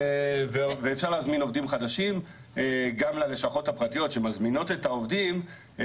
ואפשר להזמין עובדים חדשים גם ללשכות הפרטיות שמזמינות את העובדים.